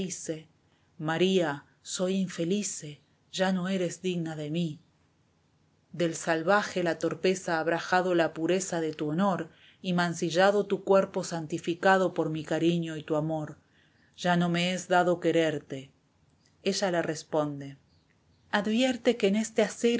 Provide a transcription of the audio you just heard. maría soy infelice ya no eres digna de mí del salvaje la torpeza habrá ajado la pureza de tu honor y mancillado tu cuerpo santificado por mi cariño y tu amor ya no me es dado quererte ella le responde advierte que en este